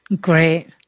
Great